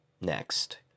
next